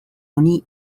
honi